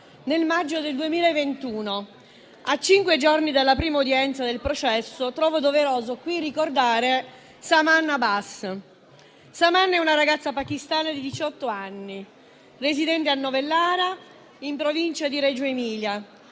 nel maggio del 2021. A cinque giorni dalla prima udienza del processo, trovo doveroso qui ricordare Saman Abbas. Saman è una ragazza pakistana di diciotto anni residente a Novellara, in provincia di Reggio Emilia,